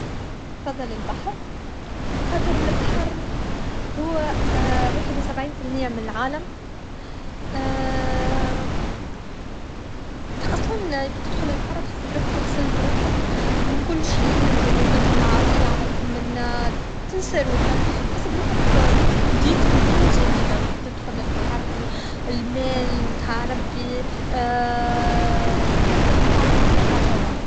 نفضل البحر خاطر لبحر هو واحد و سبعين فالمية من العالم أصلا كي تدخل للبحر تحس بروحك خسلت روحك من كل شيء من ذنوبك من المعاصي لي عملتهم من تنسى روحك تحس بروحك بديت بداية جديدة وقت تدخل للبحر الماء نتاع ربي نحس البحر ياسر حاجة واو